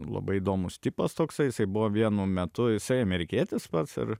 labai įdomus tipas toksai jisai buvo vienu metu jisai amerikietis pats ir